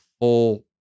full